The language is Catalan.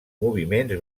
moviments